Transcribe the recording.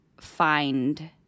find